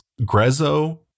Grezzo